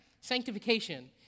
Sanctification